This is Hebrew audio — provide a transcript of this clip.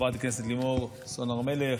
חברת הכנסת לימור סון הר מלך,